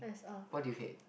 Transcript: what do you hate